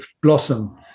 blossom